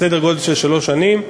סדר גודל של שלוש שנים.